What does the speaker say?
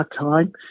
time